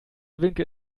winkel